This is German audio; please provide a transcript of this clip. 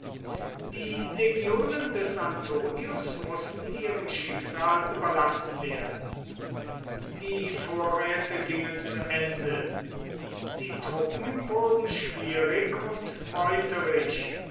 die legionen des antonius mußten ihrem schicksal überlassen werden die vorräte gingen zu ende die truppen wurden schwierig und meuterisch